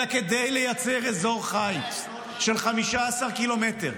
אלא כדי לייצר אזור חיץ של 15 קילומטר,